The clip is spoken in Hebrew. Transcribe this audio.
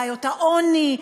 בעיות העוני,